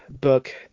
book